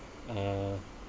uh